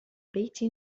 بيت